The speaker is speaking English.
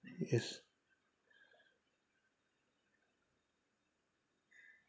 yes